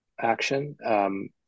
action